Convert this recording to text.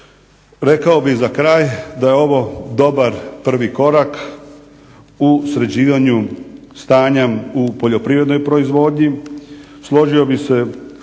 Rekao bih za kraj da je ovo dobar prvi korak u sređivanju stanja u poljoprivrednoj proizvodnji,